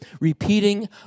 repeating